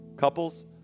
Couples